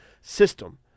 system